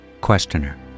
Questioner